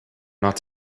not